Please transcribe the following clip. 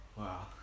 Wow